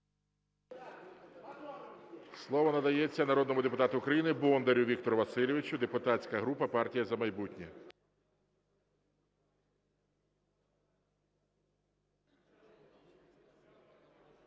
Слово надається народному депутату України Бондарю Віктору Васильовичу, депутатська група "Партія "За майбутнє".